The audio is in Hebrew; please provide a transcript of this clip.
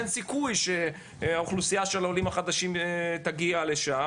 אין סיכוי שהאוכלוסייה של העולים החדשים תגיע לשם,